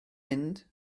mynd